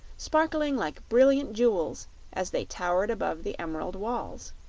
sparkling like brilliant jewels as they towered above the emerald walls.